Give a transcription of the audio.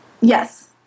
Yes